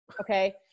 okay